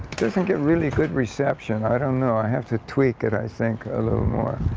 don't think it really good reception, i don't know. i have to tweak it, i think a little more.